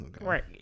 Right